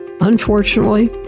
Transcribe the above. Unfortunately